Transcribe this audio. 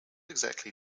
exactly